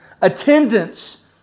Attendance